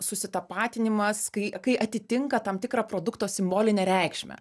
susitapatinimas kai kai atitinka tam tikrą produkto simbolinę reikšmę